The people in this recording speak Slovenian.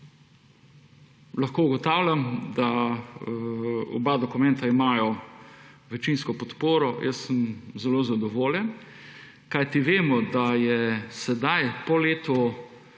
lahko ugotavljam, da oba dokumenta imata večinsko podporo, jaz sem zelo zadovoljen, kajti vemo, da je sedaj, po letu,